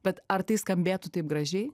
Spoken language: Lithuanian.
bet ar tai skambėtų taip gražiai